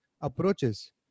approaches